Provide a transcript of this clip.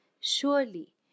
surely